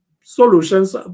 solutions